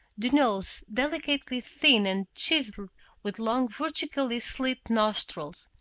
the nose delicately thin and chiseled with long vertically slit nostrils,